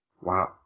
wow